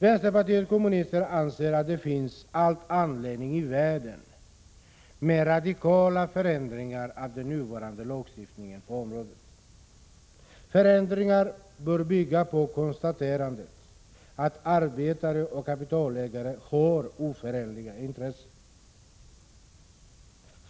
Vänsterpartiet kommunisterna anser att det finns all anledning i världen att vidta radikala förändringar i den nuvarande lagstiftningen på detta område. Förändringarna bör bygga på konstaterandet att arbetare och kapitalägare har oförenliga intressen.